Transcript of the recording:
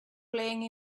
playing